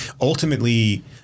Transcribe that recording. ultimately